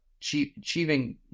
Achieving